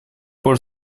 пор